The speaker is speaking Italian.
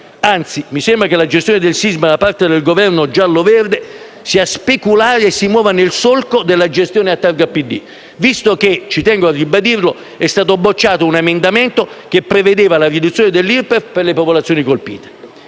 anzi, mi sembra che la gestione del sisma da parte del Governo gialloverde sia speculare e si muova nel solco della gestione a targa PD, visto che - ci tengo a ribadirlo - è stato bocciato un emendamento che prevedeva la riduzione dell'IRPEF per le popolazioni colpite.